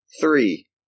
three